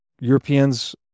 Europeans